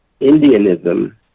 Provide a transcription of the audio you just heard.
Indianism